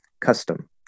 custom